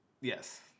Yes